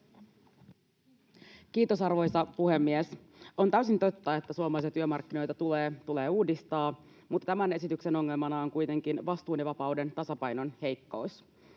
Kiitos, arvoisa puhemies! On täysin totta, että suomalaisia työmarkkinoita tulee uudistaa, mutta tämän esityksen ongelmana on kuitenkin vastuun ja vapauden tasapainon heikkous.